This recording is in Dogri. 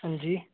हां जी